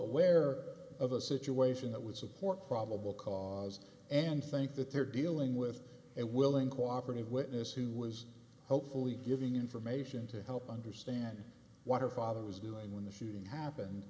aware of a situation that would support probable cause and think that they're dealing with a willing cooperative witness who was hopefully giving information to help understand what her father was doing when the shooting happened